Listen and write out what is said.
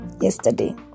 yesterday